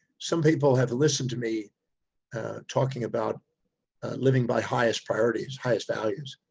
some people have listened to me talking about living by highest priorities, highest values.